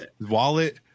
wallet